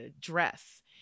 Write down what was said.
dress